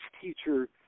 teacher